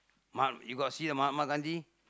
ma~ you got see the Mahatma-Gandhi